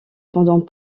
pendant